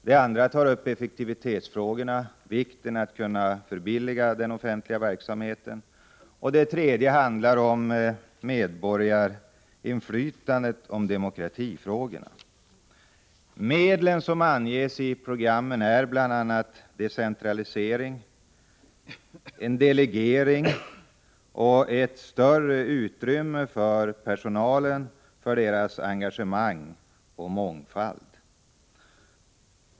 Det andra tar upp effektivitetsfrågorna, vikten av att kunna förbilliga den offentliga verksamheten. Det tredje handlar om medborgarinflytandet, om demokratifrågorna. De medel som anges i programmet är bl.a. decentralisering, en delegering och ett större utrymme för personalen, för deras engagemang och mångfald.